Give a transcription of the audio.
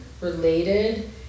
related